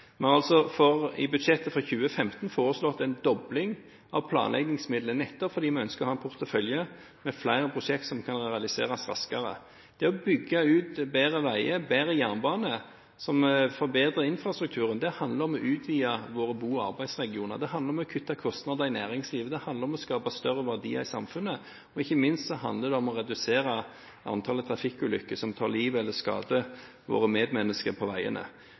Vi har i budsjettet for 2015 foreslått en dobling av planleggingsmidler, nettopp fordi vi ønsker å ha en portefølje med flere prosjekter som kan realiseres raskere. Det å bygge ut bedre veier og bedre jernbane, som forbedrer infrastrukturen, handler om å utvide våre bo- og arbeidsregioner, det handler om å kutte kostnader i næringslivet, det handler om å skape større verdier i samfunnet, og ikke minst handler det om å redusere antallet trafikkulykker som tar liv eller skader våre medmennesker på veiene.